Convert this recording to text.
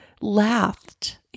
laughed